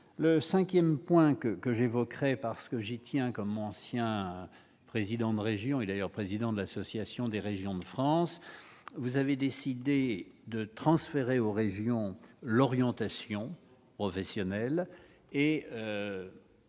le 5ème point que que j'évoquerai parce que j'y tiens comme ancien président de région et d'ailleurs, président de l'Association des régions de France, vous avez décidé de transférer aux régions, l'orientation professionnelle et